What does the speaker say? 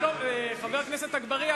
חבר הכנסת אגבאריה,